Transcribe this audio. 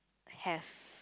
have